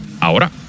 ahora